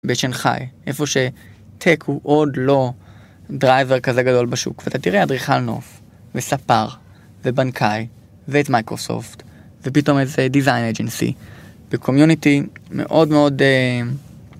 בשנחאי, איפה שטק הוא עוד לא דרייבר כזה גדול בשוק, ואתה תראה אדריכל נוף, וספר, ובנקאי, ואת מייקרוסופט, ופתאום איזה Design Agency, וCommunity מאוד מאוד